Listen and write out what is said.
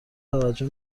توجه